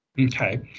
Okay